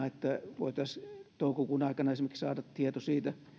että voitaisiin toukokuun aikana esimerkiksi saada tieto siitä